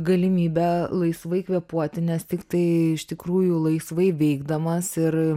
galimybę laisvai kvėpuoti nes tiktai iš tikrųjų laisvai veikdamas ir